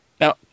Now